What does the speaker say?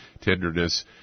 tenderness